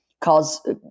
cause